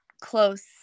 close